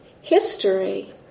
history